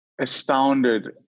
astounded